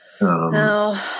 No